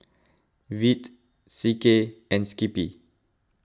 Veet C K and Skippy